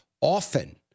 often